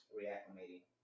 reacclimating